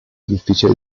difficile